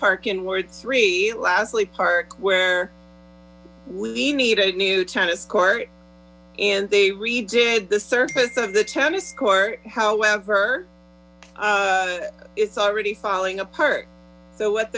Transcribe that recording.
park in ward three lastly park where we need a new tennis court and they redid the surface of the tenis court however it's already falling apart so what